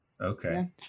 Okay